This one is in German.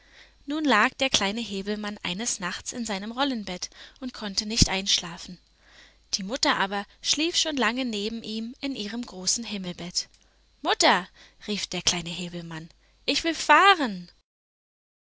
nun lag der kleine häwelmann eines nachts in seinem rollenbett und konnte nicht einschlafen die mutter aber schlief schon lange neben ihm in ihrem großen himmelbett mutter rief der kleine häwelmann ich will fahren